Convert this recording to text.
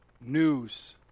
news